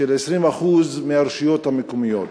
של 20% מהרשויות המקומיות.